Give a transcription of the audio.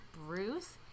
Bruce